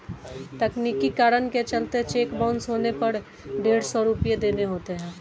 तकनीकी कारण के चलते चेक बाउंस होने पर डेढ़ सौ रुपये देने होते हैं